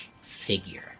figure